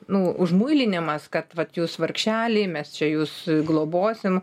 nu užmuilinimas kad vat jūs vargšeliai mes čia jus globosim